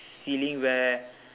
ceiling where